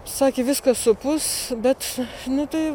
sakė viskas supus bet nu tai